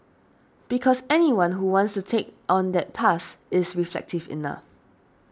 because anyone who wants to take on that task is reflective enough